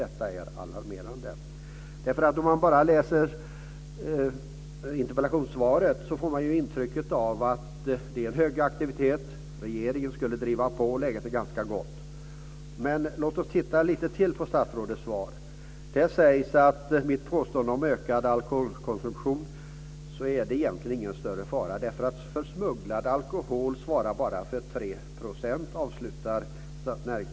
Det är självfallet alarmerande. Om man bara läser interpellationssvaret får man intrycket av att det är hög aktivitet, att regeringen skulle driva på och att läget är ganska gott. Men låt oss titta lite närmare på statsrådets svar. Där sägs att det egentligen inte är någon större fara när det gäller mitt påstående om ökad alkoholkonsumtion. Näringsministern avslutar sedan sitt svar med att säga att den smugglade alkoholen bara svarar för 3 %.